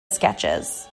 sketches